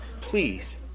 Please